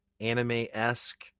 anime-esque